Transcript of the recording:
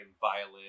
violin